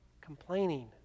Complaining